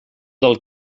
del